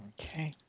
okay